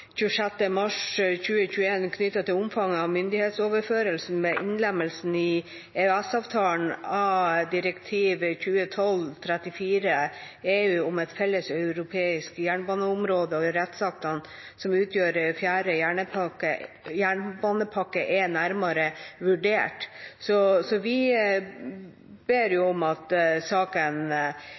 26. mars 2021 knyttet til omfanget av myndighetsoverføringen ved innlemmelse i EØS-avtalen av direktiv 2012/34/EU om et felles europeisk jernbaneområde og rettsaktene som utgjør fjerde jernbanepakke, er nærmere vurdert. Så vi ber jo om at saken